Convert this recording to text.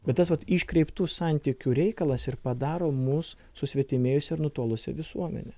bet tas vat iškreiptų santykių reikalas ir padaro mus susvetimėjusią ir nutolusią visuomenę